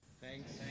Thanks